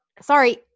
Sorry